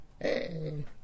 Hey